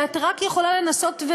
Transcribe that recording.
את רק יכולה לנסות,